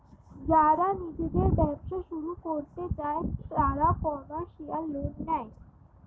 যারা নিজেদের ব্যবসা শুরু করতে চায় তারা কমার্শিয়াল লোন নেয়